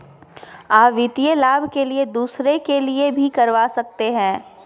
आ वित्तीय लाभ के लिए दूसरे के लिए भी करवा सकते हैं?